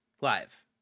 live